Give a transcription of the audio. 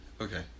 Okay